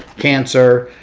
cancer.